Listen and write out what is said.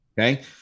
Okay